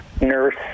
Nurse